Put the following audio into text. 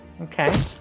Okay